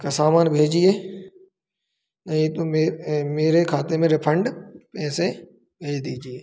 का सामान भेजिए नहीं तो मे मेरे खाते में रिफंड पैसे भेज दीजिए